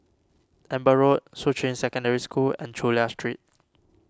Amber Road Shuqun Secondary School and Chulia Street